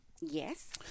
Yes